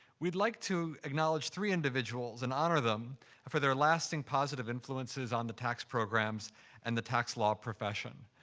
we'd like to acknowledge three individuals and honor them for their lasting positive influences on the tax programs and the tax law profession.